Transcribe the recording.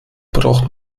braucht